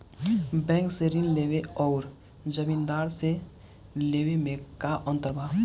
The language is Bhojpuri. बैंक से ऋण लेवे अउर जमींदार से लेवे मे का अंतर बा?